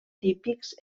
típics